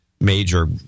major